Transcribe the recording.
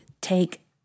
take